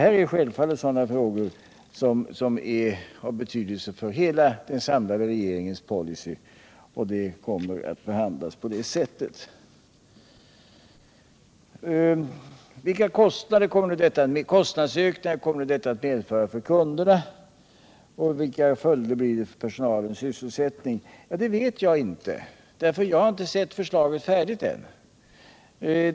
Detta är självfallet frågor som rör regeringens samlade policy, och frågorna kommer att behandlas i enlighet därmed. Det har vidare frågats vilken kostnadsökning detta kommer att medföra för kunderna och vilka följder det får för personalens sysselsättning. Det vet jag inte, eftersom jag ännu inte sett det färdiga förslaget.